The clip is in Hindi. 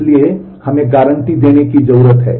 इसलिए हमें गारंटी देने की जरूरत है